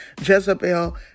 Jezebel